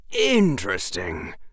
Interesting